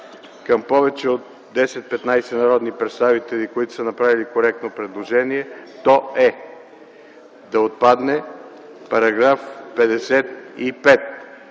към повече от 10-15 народни представители, направили коректно предложение, а то е – да отпадне § 55,